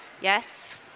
yes